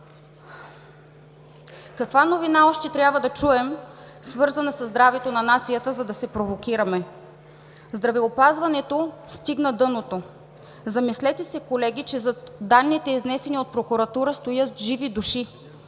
Каква новина още трябва да чуем, свързана със здравето на нацията, за да се провокираме? Здравеопазването стигна дъното. Замислете се, колеги, че зад данните, изнесени от прокуратурата, стоят живи души.